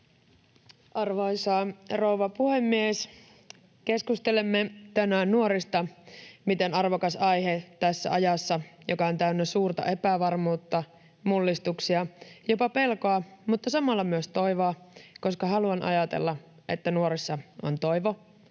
Arvoisa rouva puhemies! Keskustelemme tänään nuorista — miten arvokas aihe tässä ajassa, joka on täynnä suurta epävarmuutta, mullistuksia, jopa pelkoa, mutta samalla myös toivoa, koska haluan ajatella, että nuorissa on toivo